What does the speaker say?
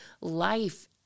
life